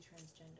transgender